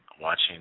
Watching